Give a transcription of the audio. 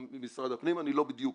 שבמשרד הפנים, אני לא יודע בדיוק